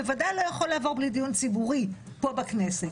הוא בוודאי לא יכול לעבור בלי דיון ציבורי פה בכנסת.